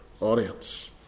audience